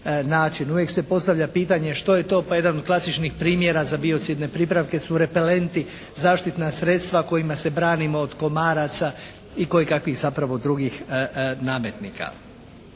Uvijek se postavlja pitanje što je to. Pa jedan od klasičnih primjera za biocidne pripravke su repelenti zaštitna sredstva kojima se branimo od komaraca i kojekakvih zapravo drugih nametnika.